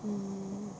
mm